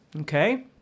Okay